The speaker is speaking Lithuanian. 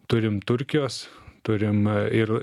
turim turkijos turim ir